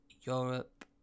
Europe